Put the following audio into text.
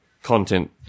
content